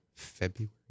February